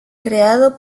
creado